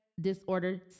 disorder